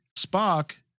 Spock